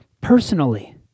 personally